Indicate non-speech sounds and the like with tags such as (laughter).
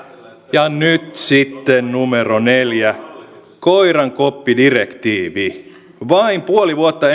ja nyt sitten neljä koirankoppidirektiivi vain puoli vuotta (unintelligible)